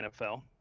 NFL